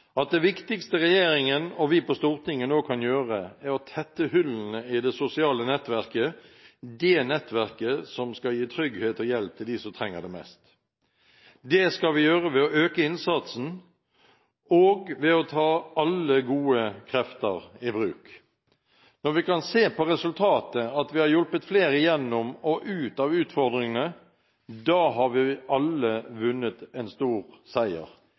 at det viktigste regjeringen og vi på Stortinget nå kan gjøre, er å tette hullene i det sosiale nettverket, det nettverket som skal gi trygghet og hjelp til dem som trenger det mest. Det skal vi gjøre ved å øke innsatsen og ved å ta alle gode krefter i bruk. Når vi kan se på resultatet at vi har hjulpet flere gjennom og ut av utfordringene, har vi alle vunnet en stor seier.